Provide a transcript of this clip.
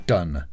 Done